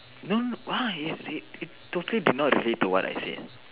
don't why totally did not relate to what I said